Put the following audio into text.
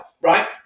right